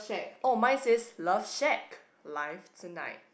oh my says love shack life tonight